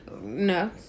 No